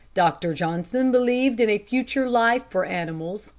dr. johnson believed in a future life for animals,